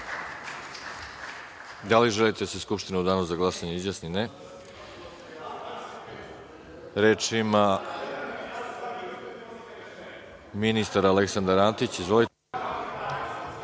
Da li želite da se Skupština u danu za glasanje izjasni? (Ne.)Reč ima ministar Aleksandar Antić. Sačekajte